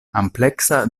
ampleksa